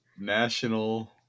National